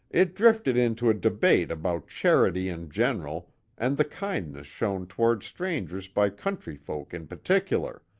it drifted into a debate about charity in general and the kindness shown toward strangers by country folk in particular,